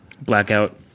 Blackout